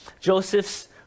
Joseph's